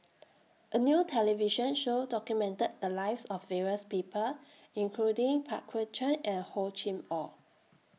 A New television Show documented The Lives of various People including Pang Guek Cheng and Hor Chim Or